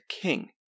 king